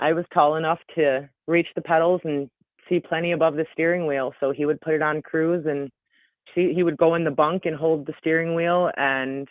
i was tall enough to reach the pedals and see plenty above the steering wheel. so he would put it on cruise and he would go in the bunk and hold the steering wheel and